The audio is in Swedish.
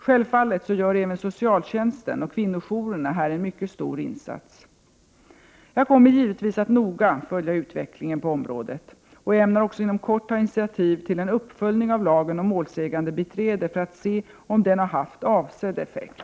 Självfallet gör även socialtjänsten och kvinnojourerna här en mycket stor insats. Jag kommer givetvis att noga följa utvecklingen på området och ämnar också inom kort ta initiativ till en uppföljning av lagen om målsägandebiträde för att se om den har haft avsedd effekt.